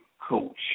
coach